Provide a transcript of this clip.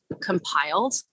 compiled